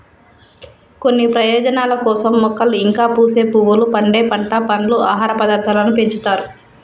కొన్ని ప్రయోజనాల కోసం మొక్కలు ఇంకా పూసే పువ్వులు, పండే పంట, పండ్లు, ఆహార పదార్థాలను పెంచుతారు